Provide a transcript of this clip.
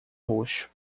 roxo